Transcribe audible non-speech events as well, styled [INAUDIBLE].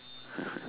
[LAUGHS]